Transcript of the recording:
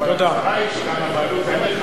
הצרה היא שגם הבעלות עליך,